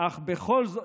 אך בכל זאת